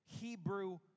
Hebrew